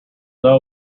know